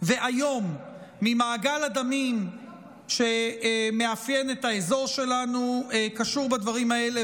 ואיום ממעגל הדמים שמאפיין את האזור שלנו קשור בדברים האלה,